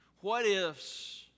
What-ifs